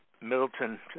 Middleton